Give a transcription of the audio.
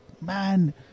man